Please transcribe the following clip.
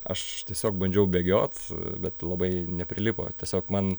aš tiesiog bandžiau bėgiot bet labai neprilipo tiesiog man